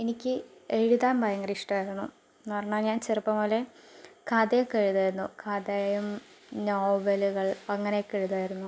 എനിക്ക് എഴുതാൻ ഭയങ്കര ഇഷ്ടമായിരുന്നു എന്ന് പറഞ്ഞാൽ ഞാൻ ചെറുപ്പം മുതലേ കഥയൊക്കെ എഴുതുമായിരുന്നു കഥയും നോവലുകൾ അങ്ങനെയൊക്കെ എഴുതുമായിരുന്നു